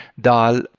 dal